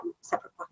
separate